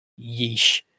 yeesh